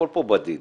הכול פה בדיד,